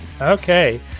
Okay